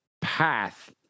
path